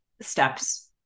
steps